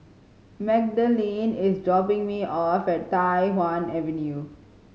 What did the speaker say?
Magdalene is dropping me off at Tai Hwan Avenue